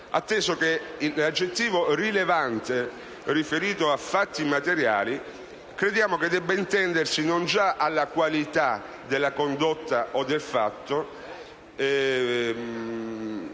atteso che l'aggettivo «rilevante» riferito a «fatti materiali» crediamo debba intendersi non già riferito alla qualità della condotta o del fatto,